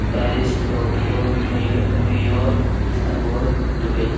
Paris Tokyo New New York Istanbul Dubai